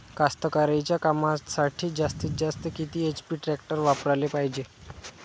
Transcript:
कास्तकारीच्या कामासाठी जास्तीत जास्त किती एच.पी टॅक्टर वापराले पायजे?